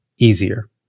easier